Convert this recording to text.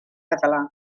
català